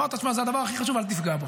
אמרת: תשמע, זה הדבר הכי חשוב, אל תפגע בו.